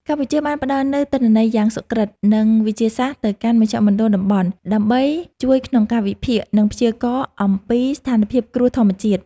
កម្ពុជាបានផ្តល់នូវទិន្នន័យយ៉ាងសុក្រឹត និងវិទ្យាសាស្ត្រទៅកាន់មជ្ឈមណ្ឌលតំបន់ ដើម្បីជួយក្នុងការវិភាគ និងព្យាករណ៍អំពីស្ថានភាពគ្រោះធម្មជាតិ។